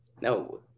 No